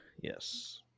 Yes